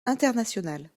internationale